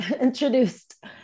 introduced